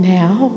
now